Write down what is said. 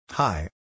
Hi